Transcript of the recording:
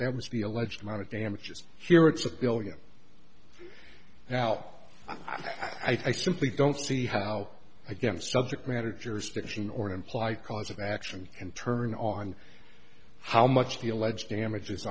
damage the alleged amount of damages here it's a billion now i simply don't see how again subject matter jurisdiction or an implied cause of action and turn on how much the alleged damages